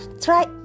try